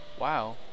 Wow